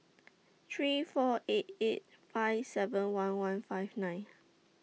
three four eight eight five seven one one five nine